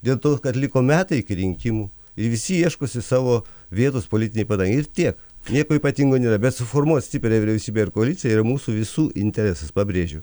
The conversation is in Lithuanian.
dėl to kad liko metai iki rinkimų ir visi ieškosi savo vietos politinėj padangėj ir tiek nieko ypatingo nėra bet suformuot stiprią vyriausybę ir koaliciją yra mūsų visų interesas pabrėžiu